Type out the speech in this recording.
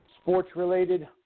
Sports-related